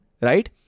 right